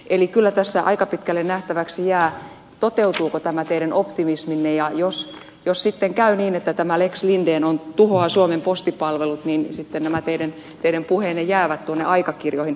eli kyllä tässä aika pitkälle nähtäväksi jää toteutuuko tämä teidän optimisminne ja jos sitten käy niin että tämä lex linden tuhoaa suomen postipalvelut niin sitten nämä teidän puheenne jäävät tuonne aikakirjoihin